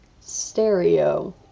stereo